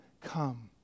come